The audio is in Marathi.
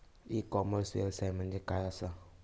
ई कॉमर्स व्यवसाय म्हणजे काय असा?